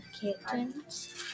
kittens